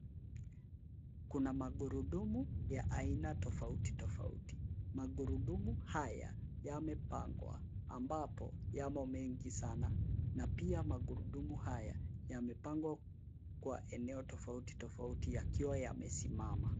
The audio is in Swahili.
Kuna magurudumu ya aina tofauti tofauti .Magurudumu haya yamepangwa ambapo yamo mengi sana na pia magurudumu haya yamepangwa kwa eneo tofauti yakiwa yamesimama.